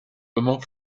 immer